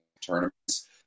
tournaments